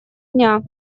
дня